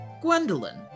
Gwendolyn